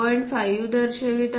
5 दर्शवित आहोत